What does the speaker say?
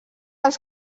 els